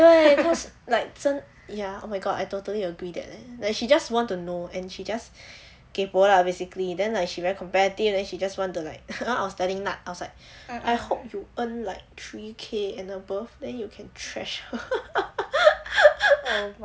对 cause like 真 ya oh my god I totally agree that eh like she just want to know and she just kaypoh lah basically then like she very competitive then she just want to like you know I was telling nat I was like I hope you earn like three K and above then you can trash her